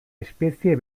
espezie